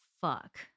fuck